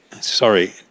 sorry